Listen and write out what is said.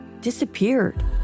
disappeared